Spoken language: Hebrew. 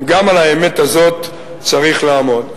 גם על האמת הזאת צריך לעמוד.